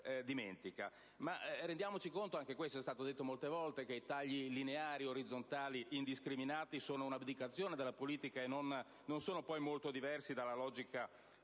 Ma rendiamoci conto - anche questo è stato detto molte volte - che i tagli lineari o orizzontali indiscriminati sono un'abdicazione della politica e non sono poi molto diversi dalla logica